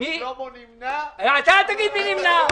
סעיף 2 אתה יכול להצביע.